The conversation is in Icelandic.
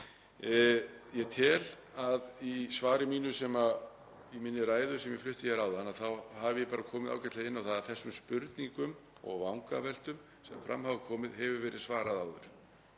Ég tel að í svari mínu í minni ræðu sem ég flutti áðan þá hafi ég komið ágætlega inn á það að þessum spurningum og vangaveltum sem fram hafa komið hefur verið svarað áður,